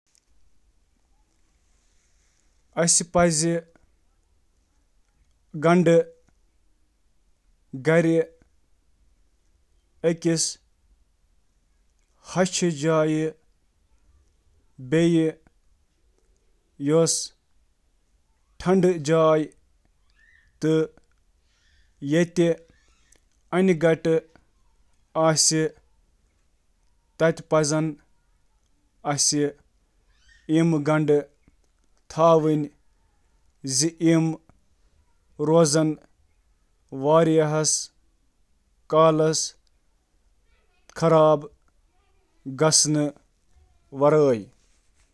پیاز تہٕ لہسن ذخیرٕ کرنٕکہِ کینٛہہ طٔریٖقہٕ چھِ یِم زِیٛادٕ وقتَس تام روزنہٕ خٲطرٕ: أکِس سرد تہٕ خۄشٕک جایہِ پٮ۪ٹھ تھٲوِو، فرجَس منٛز کٔرِو ژٔٹِتھ گنڈٕ، لہسن کم کٔرِو، لہسن تھٲوِو أکِس سرد تہٕ خۄشٕک جایہِ پٮ۪ٹھ۔